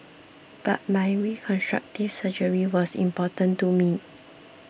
but my reconstructive surgery was important to me